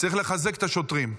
צריך לחזק את השוטרים.